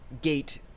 gate